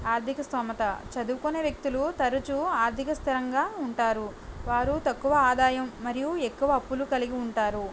ఆర్ధిక స్థోమత చదువుకునే వ్యక్తులు తరచు ఆర్ధిక స్థిరంగా ఉంటారు వారు తక్కువ ఆదాయం మరియు ఎక్కువ అప్పులు కలిగి ఉంటారు